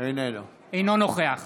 אינו נוכח